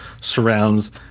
surrounds